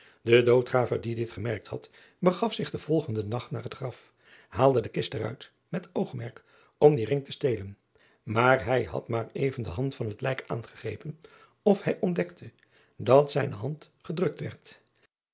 e doodgraver die dit gemerkt had begaf zich den volgenden nacht naar het graf haalde de kist er uit met oogmerk om dien ring te stelen aar hij had maar even de hand van het lijk aangegrepen of hij ontdekte dat zijne hand gedrukt